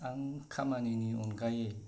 आं खामानिनि अनगायै